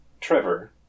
Trevor